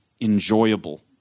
enjoyable